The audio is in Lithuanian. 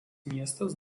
miestas